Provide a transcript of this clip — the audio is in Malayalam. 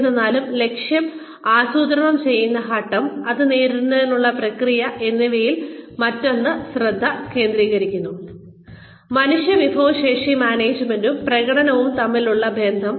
എന്നിരുന്നാലും ലക്ഷ്യം ആസൂത്രണം ചെയ്യുന്ന ഘട്ടം അത് നേടുന്നതിനുള്ള പ്രക്രിയ എന്നിവയിൽ മറ്റൊന്ന് ശ്രദ്ധ കേന്ദ്രീകരിക്കുന്നു മനുഷ്യവിഭവശേഷി മാനേജ്മെന്റും പ്രകടനവും തമ്മിലുള്ള ബന്ധം